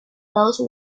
those